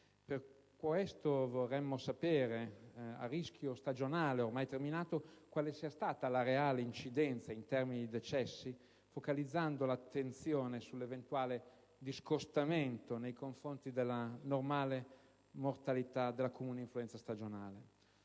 per questo, a rischio stagionale ormai terminato, vorremmo sapere quale sia stata la sua reale incidenza in termini di decessi, focalizzando l'attenzione sull'eventuale discostamento nei confronti della normale mortalità dovuta alla comune influenza stagionale.